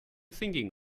thinking